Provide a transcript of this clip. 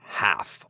half